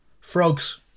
Frogs